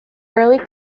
early